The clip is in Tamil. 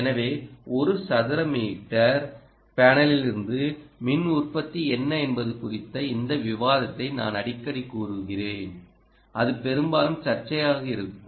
எனவே 1 சதுர சென்டிமீட்டர் பேனலில் இருந்து மின் உற்பத்தி என்ன என்பது குறித்த இந்த விவாதத்தை நான் அடிக்கடி கூறுவேன் அது பெரும்பாலும் சர்ச்சையாக இருக்கும்